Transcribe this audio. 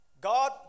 God